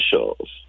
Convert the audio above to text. officials